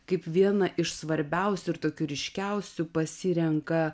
kaip vieną iš svarbiausių ir tokių ryškiausių pasirenka